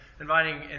inviting